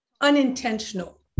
unintentional